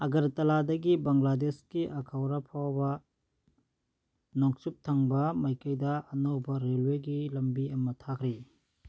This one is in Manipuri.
ꯑꯥꯒꯔꯇꯥꯂꯥꯗꯒꯤ ꯕꯪꯒ꯭ꯂꯥꯗꯦꯁꯀꯤ ꯑꯀꯧꯔꯥ ꯐꯥꯎꯕ ꯅꯣꯡꯆꯨꯞ ꯊꯪꯕ ꯃꯥꯏꯀꯩꯗ ꯑꯅꯧꯕ ꯔꯦꯜꯋꯦꯒꯤ ꯂꯝꯕꯤ ꯑꯃ ꯊꯥꯈ꯭ꯔꯤ